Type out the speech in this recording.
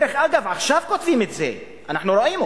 אגב, עכשיו כותבים את זה, אנחנו רואים.